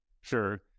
Sure